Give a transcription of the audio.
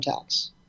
tax